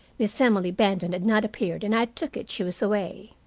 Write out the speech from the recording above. miss emily benton had not appeared and i took it she was away.